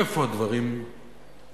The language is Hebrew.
איפה הדברים הידרדרו?